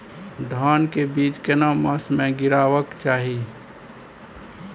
धान के बीज केना मास में गीरावक चाही?